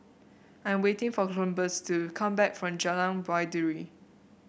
I'm waiting for Columbus to come back from Jalan Baiduri